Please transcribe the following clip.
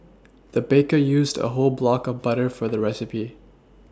the baker used a whole block of butter for the recipe